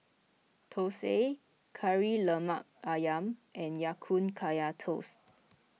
Thosai Kari Lemak Ayam and Ya Kun Kaya Toast